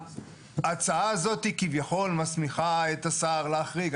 ההצעה הזו, כביכול, מסמיכה את השר להחריג.